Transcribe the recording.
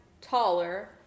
taller